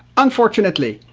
unfortunately,